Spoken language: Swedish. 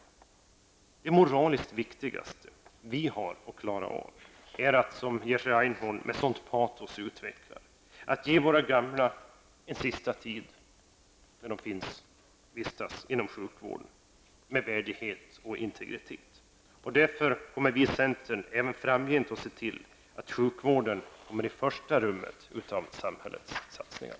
Jag tror att det moraliskt viktigaste vi har att klara av är, som Jerzy Einhorn med sådant patos utvecklar, att ge våra gamla en sista tid då de vistas inom sjukvården som präglas av värdighet och integritet. Därför kommer vi i centern att även framgent se till att sjukvården kommer i första rummet av samhällets satsningar.